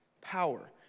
power